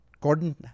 Gordon